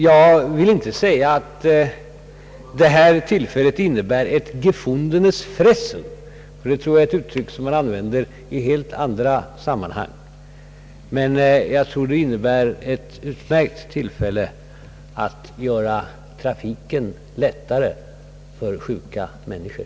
Jag vill inte säga att det här tillfället innebär ett »gefundenes Fressen». Det tror jag är ett uttryck som man använder i helt andra sammanhang. Enligt min uppfattning har vi nu ett utmärkt tillfälle att göra trafiken lättare för sjuka människor.